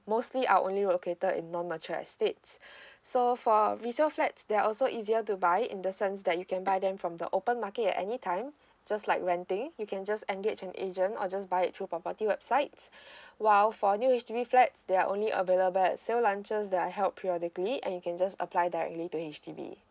mostly are only located in non mature estates so for resale flats they are also easier to buy in the sense that you can buy them from the open market at any time just like renting you can just engage an agent or just buy it through property websites while for new H_D_B flats they are only available at sale launches that are held periodically and you can just apply directly to H_D_B